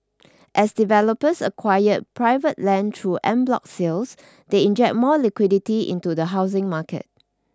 as developers acquire private land through en bloc sales they inject more liquidity into the housing market